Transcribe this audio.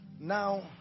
now